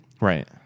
Right